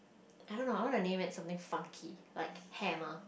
I don't know I want to name it something funky like hammer